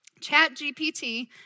ChatGPT